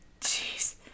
Jeez